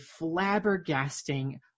flabbergasting